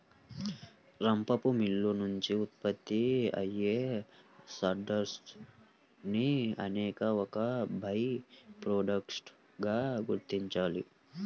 రంపపు మిల్లు నుంచి ఉత్పత్తి అయ్యే సాడస్ట్ ని అనేది ఒక బై ప్రొడక్ట్ గా గుర్తించాలి